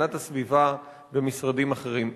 הגנת הסביבה ומשרדים אחרים?